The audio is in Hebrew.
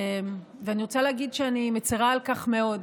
ואני רוצה להגיד שאני מצירה על כך מאוד.